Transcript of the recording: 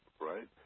Right